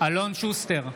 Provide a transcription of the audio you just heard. שוסטר,